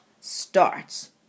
starts